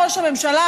ראש הממשלה,